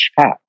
chat